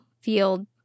field